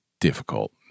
difficult